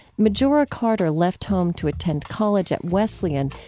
majora carter left home to attend college at wesleyan,